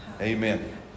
Amen